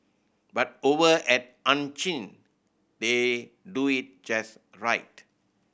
but over at Ann Chin they do it just right